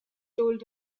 told